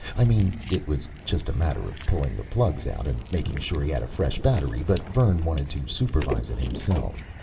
i mean it was just a matter of pulling the plugs out and making sure he had a fresh battery, but vern wanted to supervise it himself.